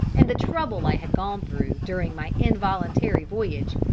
and the trouble i had gone through, during my involuntary voyage,